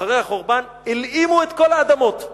אחרי החורבן הלאימו את כל האדמות.